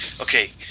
okay